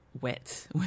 wet